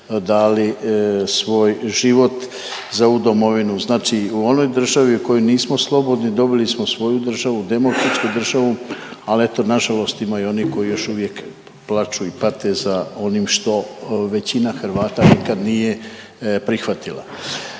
dali svoj život za ovu domovinu, znači u onoj državi u kojoj nismo slobodni dobili smo svoju državu, demokratsku državu, al eto nažalost ima i onih koji još uvijek plaču i pate za onim što većina Hrvata nikad nije prihvatila.